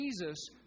Jesus